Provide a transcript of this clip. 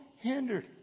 hindered